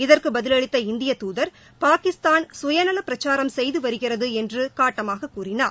இதற்கு பதிலளித்த இந்திய தூதர் பாகிஸ்தான் சுயநல பிரச்சாரம் செய்து வருகிறது என்று காட்டமாக கூறினார்